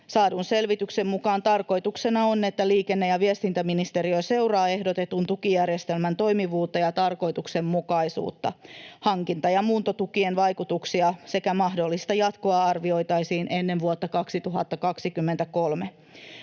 Saadun selvityksen mukaan tarkoituksena on, että liikenne‑ ja viestintäministeriö seuraa ehdotetun tukijärjestelmän toimivuutta ja tarkoituksenmukaisuutta. Hankinta‑ ja muuntotukien vaikutuksia sekä mahdollista jatkoa arvioitaisiin ennen vuotta 2023.